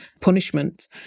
punishment